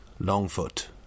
Longfoot